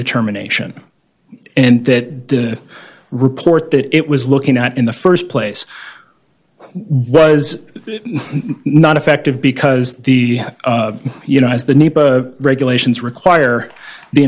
determination and that the report that it was looking at in the first place was not effective because the you know as the new regulations require the